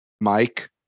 Mike